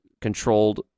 controlled